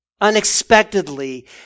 unexpectedly